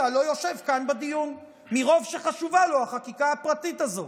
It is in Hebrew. לא יושב כאן בדיון מרוב שחשובה לו החקיקה הפרטית הזו,